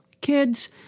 kids